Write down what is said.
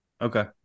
Okay